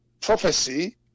prophecy